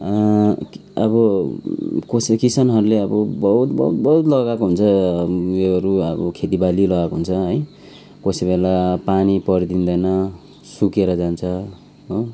अब कसै किसानहरूले अब बहुत बहुत बहुत लगाएको हुन्छ उयोहरू अब खेतीबाली लगाएको हुन्छ है कसै बेला पानी पर्दिँदैन सुकेर जान्छ हो